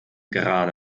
gerade